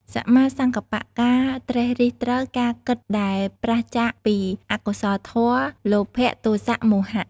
សម្មាសង្កប្បៈ ការត្រិះរិះត្រូវ ការគិតដែលប្រាសចាកពីអកុសលធម៌ លោភៈ ទោសៈ មោហៈ។